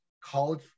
college